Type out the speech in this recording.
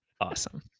Awesome